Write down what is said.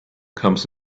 comes